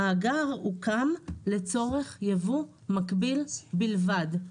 המאגר הוקם לצורך ייבוא מקביל בלבד.